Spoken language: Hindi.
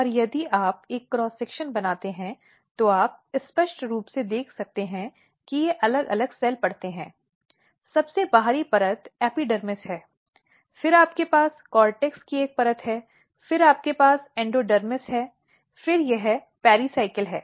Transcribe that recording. और यदि आप एक क्रॉस सेक्शन बनाते हैं तो आप स्पष्ट रूप से देख सकते हैं कि ये अलग अलग सेल परतें हैं सबसे बाहरी परत एपिडर्मिस है फिर आपके पास कोर्टेक्स की एक परत है फिर आपके पास एंडोडर्मिस है फिर यह पेरिसायकल है